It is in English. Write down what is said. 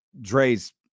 Dre's